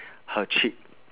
her cheek